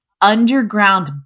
underground